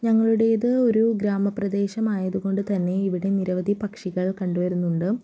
ഞങ്ങളുടേത് ഒരു ഗ്രാമപ്രദേശമായത് കൊണ്ട് തന്നെ ഇവിടെ നിരവധി പക്ഷികൾ കണ്ട് വരുന്നുണ്ട്